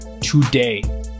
today